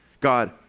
God